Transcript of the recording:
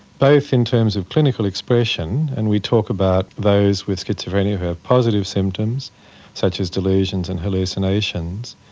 both in terms of clinical expression, and we talk about those with schizophrenia who have positive symptoms such as delusions and hallucinations,